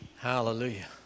Hallelujah